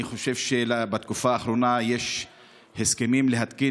אני חושב שבתקופה האחרונה יש הסכמים להתקין